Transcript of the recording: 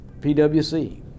PwC